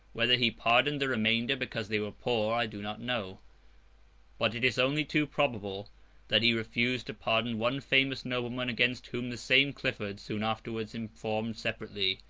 whether he pardoned the remainder because they were poor, i do not know but it is only too probable that he refused to pardon one famous nobleman against whom the same clifford soon afterwards informed separately,